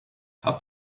how